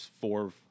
Four